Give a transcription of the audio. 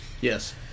Yes